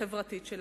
החברתית שלנו.